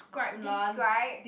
describe